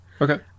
okay